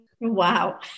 Wow